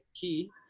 key